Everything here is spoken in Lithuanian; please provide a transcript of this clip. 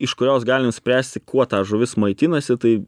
iš kurios galim spręsti kuo ta žuvis maitinasi tai